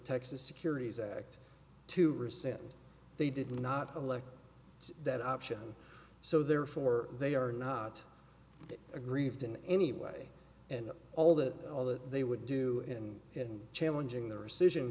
texas securities act to resend they did not elect that option so therefore they are not aggrieved in any way and all that all that they would do in and challenging the rescission